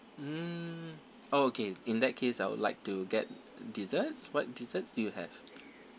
mm oh okay in that case I would like to get desserts what desserts do you have